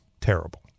Terrible